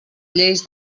lleis